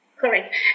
correct